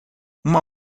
uma